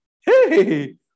Hey